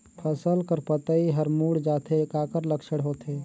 फसल कर पतइ हर मुड़ जाथे काकर लक्षण होथे?